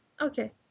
Okay